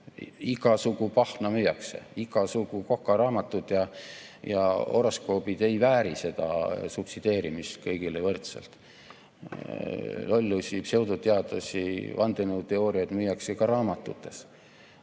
Igasugu pahna müüakse. Igasugu kokaraamatud ja horoskoobid ei vääri subsideerimist kõigile võrdselt. Lollusi, pseudoteadusi, vandenõuteooriaid müüakse ka raamatute